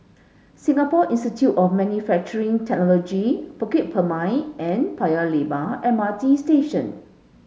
Singapore Institute of Manufacturing Technology Bukit Purmei and Paya Lebar M R T Station